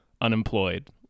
unemployed